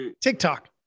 TikTok